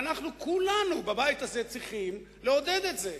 ואנחנו, כולנו, בבית הזה צריכים לעודד את זה.